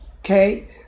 Okay